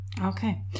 Okay